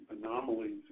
anomalies